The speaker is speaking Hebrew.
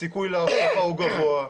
הסיכוי להשלכה הוא גבוה.